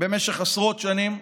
במשך עשרות שנים,